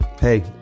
Hey